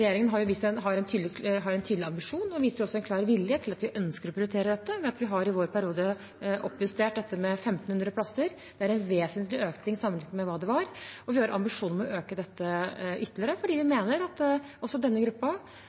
regjeringen har en tydelig ambisjon og viser også en klar vilje til å prioritere dette ved at vi i vår periode har oppjustert dette med 1 500 plasser. Det er en vesentlig økning sammenliknet med hva det var. Vi har ambisjoner om å øke dette ytterligere, fordi vi mener at også denne